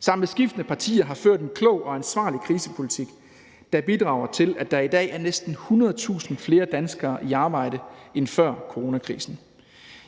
sammen med skiftende partier har ført en klog og ansvarlig krisepolitik, der bidrager til, at der i dag er næsten 100.000 flere danskere i arbejde end før coronakrisen.